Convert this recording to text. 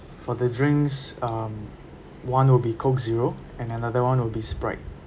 for the drinks um one will be coke zero and another one will be sprite